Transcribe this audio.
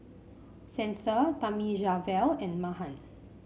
Santha Thamizhavel and Mahan